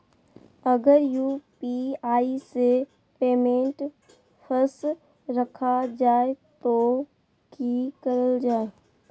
अगर यू.पी.आई से पेमेंट फस रखा जाए तो की करल जाए?